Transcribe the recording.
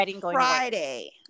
Friday